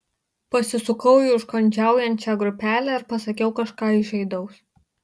pasisukau į užkandžiaujančią grupelę ir pasakiau kažką įžeidaus